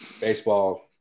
baseball